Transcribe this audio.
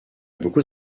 beaucoup